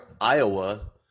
Iowa